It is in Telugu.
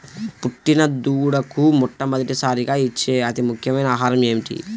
పుట్టిన దూడకు మొట్టమొదటిసారిగా ఇచ్చే అతి ముఖ్యమైన ఆహారము ఏంటి?